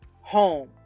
Home